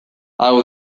hau